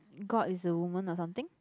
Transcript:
god is a woman or something